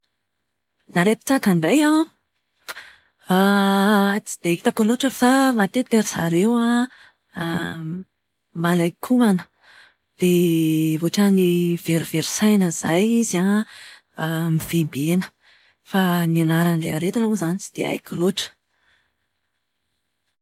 Ny aretin-tsaka indray an, tsy dia hitako loatra fa matetika ry zareo an, malain-komana. Dia ohatran'ny verivery saina izay izy an, mivembena. Fa ny anaran'ilay aretina moa izany tsy dia haiko loatra.